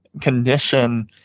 condition